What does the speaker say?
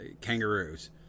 kangaroos